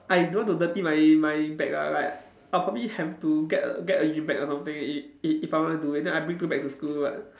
I don't want to dirty my my bag lah like I probably have to get a get a gym bag or something if if I want to do then I bring two bags to school but